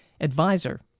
advisor